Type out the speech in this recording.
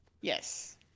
yes